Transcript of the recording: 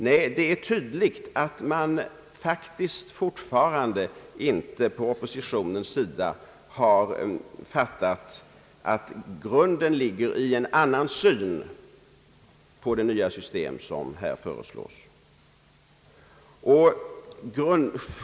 Nej, det är tydligt att man faktiskt fortfarande från oppositionens sida inte har fattat att grunden ligger i en annan syn på det nya system som här föreslås.